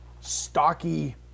stocky